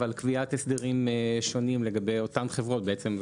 אבל למנוע קביעת הסדרים שונים לגבי אותן חברות בעצם.